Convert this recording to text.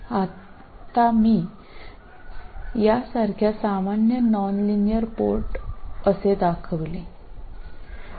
आता मी यासारख्या सामान्य नॉनलिनियर पोर्ट असे दाखवेल